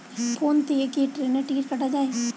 Phone থেকে কি ট্রেনের টিকিট কাটা য়ায়?